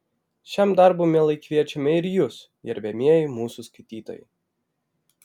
šiam darbui mielai kviečiame ir jus gerbiamieji mūsų skaitytojai